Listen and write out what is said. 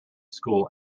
school